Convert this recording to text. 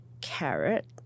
carrot